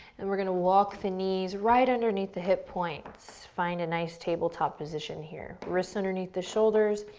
then, we're gonna walk the knees right underneath the hip points, find a nice tabletop position here. wrists underneath the shoulders,